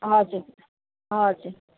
हजुर हजुर